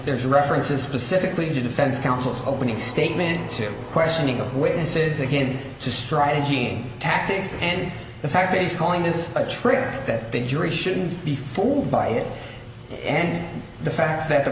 there's references specifically to defense counsel's opening statement to questioning the witnesses again just try gene tactics and the fact that he's calling this a trick that the jury shouldn't be fooled by it and the fact that the